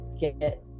get